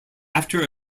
after